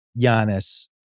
Giannis